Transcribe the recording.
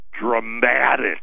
dramatic